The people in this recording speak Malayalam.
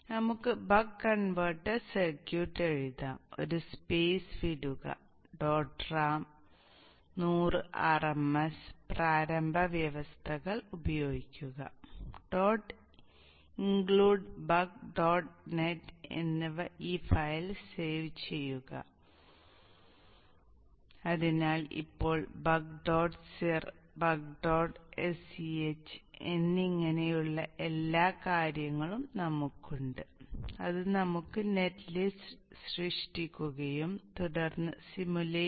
അതിനാൽ നമുക്ക് ബക്ക് കൺവെർട്ടർ സർക്യൂട്ട് എഴുതാം ഒരു സ്പേസ് വിടുക ഡോട്ട് റാം 100 ms